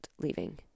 leaving